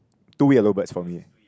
two yellow birds for me